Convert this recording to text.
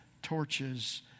torches